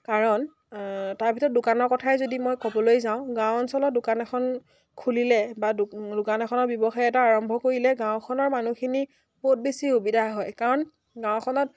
কাৰণ তাৰ ভিতৰত দোকানৰ কথাই যদি মই ক'বলৈ যাওঁ গাঁও অঞ্চলত দোকান এখন খুলিলে বা দো দোকান এখনৰ ব্যৱসায় এটা আৰম্ভ কৰিলে গাঁওখনৰ মানুহখিনি বহুত বেছি সুবিধা হয় কাৰণ গাঁওখনত